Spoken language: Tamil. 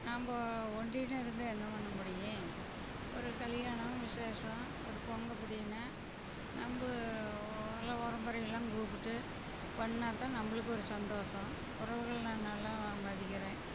நம்ம ஒண்டியின்னு இருந்து என்ன பண்ண முடியும் ஒரு கல்யாணம் விசேஷம் ஒரு பொங்கல் பிடின்னா நம்ம எல்லா உறமுறையெல்லாம் கூப்பிட்டு பண்ணிணாத்தான் நம்மளுக்கு ஒரு சந்தோஷம் உறவுகளை நான் நல்லா மதிக்கிறேன்